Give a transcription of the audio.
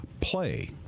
Play